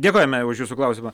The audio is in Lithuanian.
dėkojame už jūsų klausimą